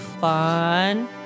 Fun